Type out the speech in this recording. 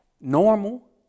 normal